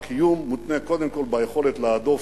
הקיום מותנה קודם כול ביכולת להדוף,